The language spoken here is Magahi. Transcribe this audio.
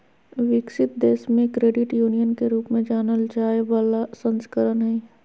विकसित देश मे क्रेडिट यूनियन के रूप में जानल जाय बला संस्करण हइ